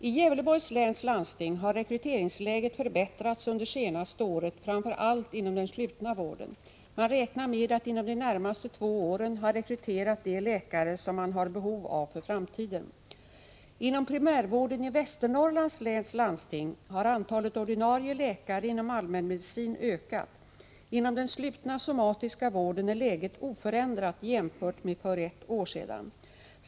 I Gävleborgs läns landsting har rekryteringsläget förbättrats under det senaste året framför allt inom den slutna vården. Man räknar med att inom de närmaste två åren ha rekryterat de läkare som man har behov av för framtiden. Inom primärvården i Västernorrlands läns landsting har antalet ordinarie läkare inom allmänmedicin ökat. Inom den slutna somatiska vården är läget oförändrat jämfört med för ett år sedan.